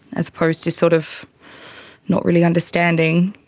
as opposed to sort of not really understanding